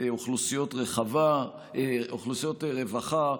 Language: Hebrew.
אוכלוסיות רווחה,